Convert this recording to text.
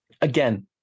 again